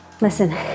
Listen